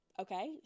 okay